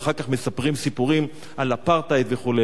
ואחר כך מספרים סיפורים על אפרטהייד וכו'.